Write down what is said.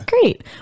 Great